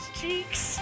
cheeks